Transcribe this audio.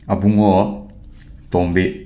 ꯑꯕꯨꯡꯉꯣ ꯇꯣꯝꯕꯤ